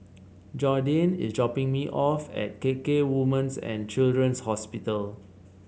Jordyn is dropping me off at KK Women's and Children's Hospital